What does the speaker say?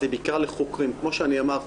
זה בעיקר לחוקרים כמו שאני אמרתי.